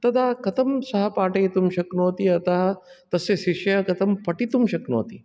तदा कथं सः पाठयितुं शक्नोति अतः तस्य शिष्यः कथं पठितुं शक्नोति